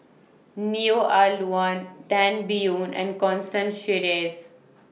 Neo Ah Luan Tan Biyun and Constance Sheares